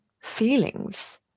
feelings